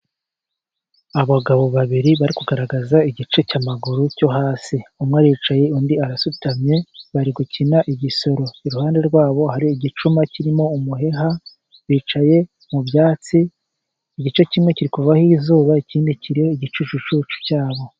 Abagabo babiri bari kugaragaza igice cy'amaguru cyo hasi. Umwe aricaye undi arasutamye. Bari gukina igisoro, iruhande rwa bo hari igicuma kirimo umuheha, bicaye mu byatsi, igice kimwe kiri kuvaho izuba, ikindi kiriho igicucucucu cya bo.